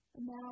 now